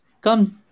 Come